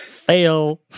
fail